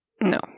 No